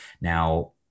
Now